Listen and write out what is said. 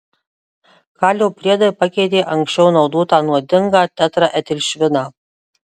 kalio priedai pakeitė anksčiau naudotą nuodingą tetraetilšviną